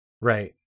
Right